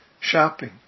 shopping